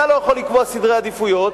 אתה לא יכול לקבוע סדר עדיפויות,